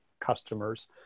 customers